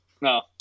No